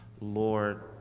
Lord